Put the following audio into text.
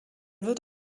wird